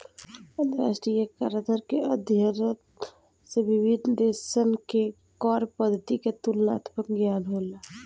अंतरराष्ट्रीय कराधान के अध्ययन से विभिन्न देशसन के कर पद्धति के तुलनात्मक ज्ञान होला